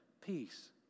Peace